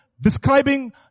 describing